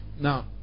Now